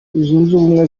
ubumwe